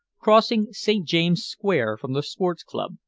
crossing st. james's square from the sports club,